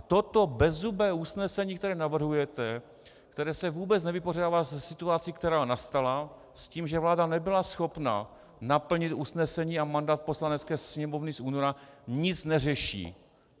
Toto bezzubé usnesení, které navrhujete, které se vůbec nevypořádává se situací, která nastala, s tím, že vláda nebyla schopna naplnit usnesení a mandát Poslanecké sněmovny z února, nic neřeší,